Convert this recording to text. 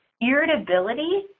Irritability